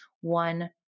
one